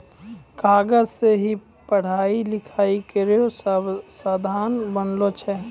कागज सें ही पढ़ाई लिखाई केरो साधन बनलो छै